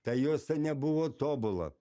ta juosta nebuvo tobula